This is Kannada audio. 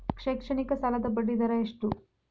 ಶೈಕ್ಷಣಿಕ ಸಾಲದ ಬಡ್ಡಿ ದರ ಎಷ್ಟು?